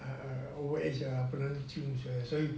uh overage ah 不能进所以